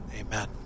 Amen